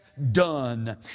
Done